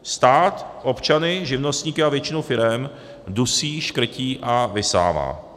Stát občany, živnostníky a většinu firem dusí, škrtí a vysává.